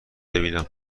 بیینم